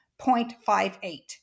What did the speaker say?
0.58